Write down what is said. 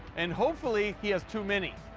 and hopefully he has too many.